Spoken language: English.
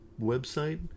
website